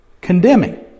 condemning